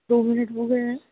दो मिनट हो गये हैं